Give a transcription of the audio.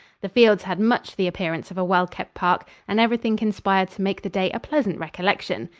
the fields had much the appearance of a well kept park, and everything conspired to make the day a pleasant recollection.